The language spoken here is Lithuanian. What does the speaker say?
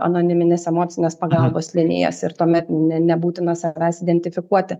anonimines emocinės pagalbos linijas ir tuomet ne nebūtina savęs identifikuoti